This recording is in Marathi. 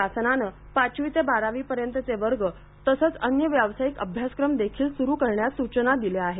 शासनानं पाचवी ते बारावी पर्यंतचे वर्ग तसेच अन्य व्यावसायिक अभ्यासक्रम देखील सुरु करण्यास सूचना दिल्या आहेत